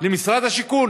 בלוד.